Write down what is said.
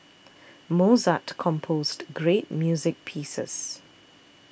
Mozart composed great music pieces